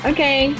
Okay